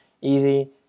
easy